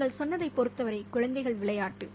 நீங்கள் சொன்னதைப் பொறுத்தவரை குழந்தைகள் விளையாட்டு